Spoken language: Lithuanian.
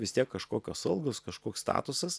vis tiek kažkokios algos kažkoks statusas